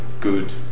good